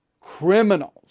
criminals